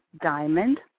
diamond